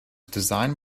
designed